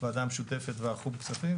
הוועדה המשותפת וחו"ב כספים,